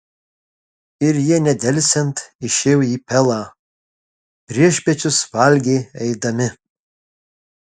ir jie nedelsiant išėjo į pelą priešpiečius valgė eidami